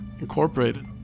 incorporated